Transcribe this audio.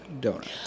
donut